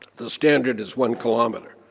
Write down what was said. the standard is one kilometer.